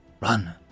run